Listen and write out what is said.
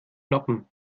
noppen